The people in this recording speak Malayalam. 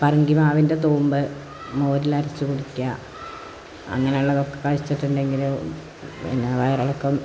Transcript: പറങ്കി മാവിൻ്റെ തൂമ്പ് മോരിലരച്ച് കുടിക്കുക അങ്ങനെയുള്ളതൊക്കെ കഴിച്ചിട്ടുണ്ടെങ്കിൽ പിന്നെ വയറിളക്കം നിൽക്കും